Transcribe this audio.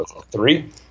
Three